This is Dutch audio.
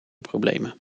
problemen